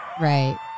Right